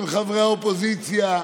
עם חברי האופוזיציה,